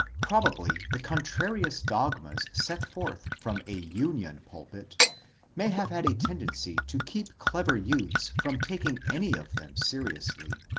probably the contrarious dogmas set forth from a union pulpit may have had a tendency to keep clever youths from taking any of them seriously.